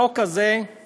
החוק הזה הוא